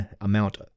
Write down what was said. amount